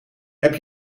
heb